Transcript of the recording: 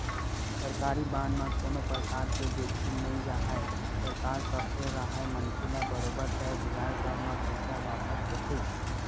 सरकारी बांड म कोनो परकार के जोखिम नइ राहय सरकार कखरो राहय मनखे ल बरोबर तय बियाज दर म पइसा वापस होथे